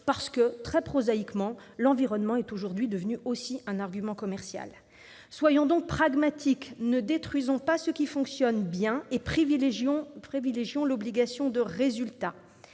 parce que, très prosaïquement, l'environnement est aujourd'hui aussi un argument commercial. Bravo ! Soyons donc pragmatiques et ne détruisons pas ce qui fonctionne bien, privilégions l'obligation de résultat.